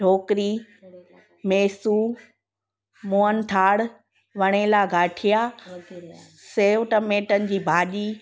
ढोकरी मेसूं मोहन थाल वणेला गाठिया सेव टमेटनि जी भाॼी